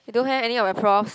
I don't have any of my profs